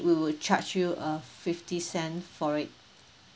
we will charge you a fifty cent for it